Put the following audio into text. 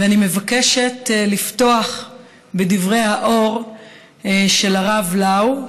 אני מבקשת לפתוח בדברי האור של הרב לאו,